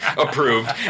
approved